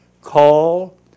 call